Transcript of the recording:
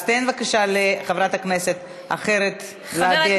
אז תן בבקשה לחברת כנסת אחרת להביע את עמדתה.